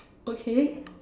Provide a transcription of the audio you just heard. okay